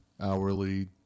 hourly